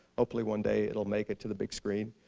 hopefully, one day, it'll make it to the big screen.